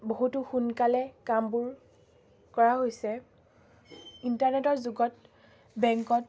বহুতো সোনকালে কামবোৰ কৰা হৈছে ইণ্টাৰনেটৰ যুগত বেংকত